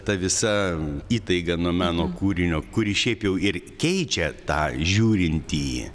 ta visa įtaiga nuo meno kūrinio kuri šiaip jau ir keičia tą žiūrintįjį